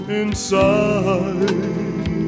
inside